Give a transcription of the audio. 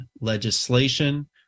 legislation